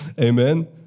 Amen